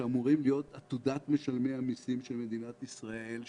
שאמורים להיות עתודת משלמי המסים של מדינת ישראל,